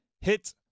hit